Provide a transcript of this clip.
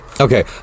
Okay